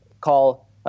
call